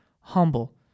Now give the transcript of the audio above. humble